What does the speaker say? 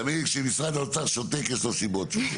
תאמיני לי כשמשרד האוצר שותק יש לו סיבות.